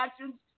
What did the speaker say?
actions